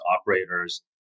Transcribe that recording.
operators